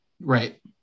Right